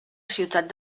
ciutat